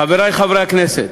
חברי חברי הכנסת,